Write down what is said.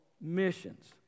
missions